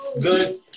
good